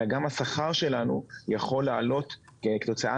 אלא גם השכר שלנו יכול לעלות כתוצאה